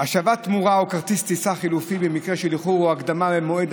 השבת תמורה או כרטיס טיסה חלופי במקרה של איחור או הקדמה במועד